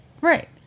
Right